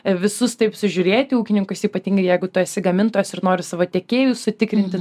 visus taip sužiūrėti ūkininkus ypatingai jeigu tu esi gamintojas ir nori savo tiekėjus sutikrinti